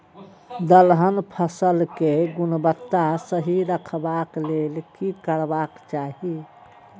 दलहन फसल केय गुणवत्ता सही रखवाक लेल की करबाक चाहि?